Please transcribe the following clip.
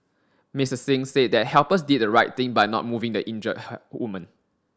Mister Singh said that helpers did the right thing by not moving the injured woman